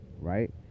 right